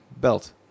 Belt